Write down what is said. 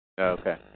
Okay